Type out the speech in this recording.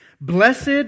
Blessed